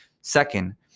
Second